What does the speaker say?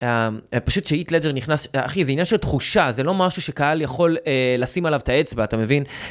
פשוט שאית לג'ר נכנס, אחי זה עניין של תחושה, זה לא משהו שקהל יכול לשים עליו את האצבע, אתה מבין?